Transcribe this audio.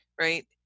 right